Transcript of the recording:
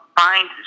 find